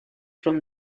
from